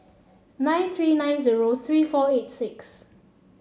nine three nine zero three four eight six